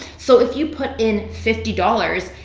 so if you put in fifty dollars,